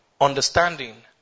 Understanding